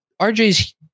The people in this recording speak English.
RJ's